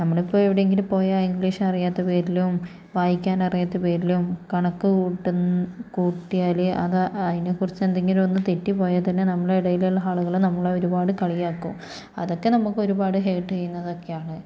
നമ്മളിപ്പോൾ എവിടെയെങ്കിലും പോയാൽ ഇംഗ്ലീഷ് അറിയാത്ത പേരിലും വായിക്കാൻ അറിയാത്ത പേരിലും കണക്ക് കൂട്ടുന്ന കൂട്ടിയാൽ അത് അതിന് കുറിച്ച് എന്തെങ്കിലും ഒന്ന് തെറ്റിപ്പോയാൽ തന്നെ നമ്മുടെ ഇടയിൽ ഉള്ള ആളുകൾ നമ്മളെ ഒരുപാട് കളിയാക്കും അതൊക്കെ നമുക്ക് ഒരുപാട് ഹർട്ട് ചെയ്യുന്നതൊക്കെയാണ്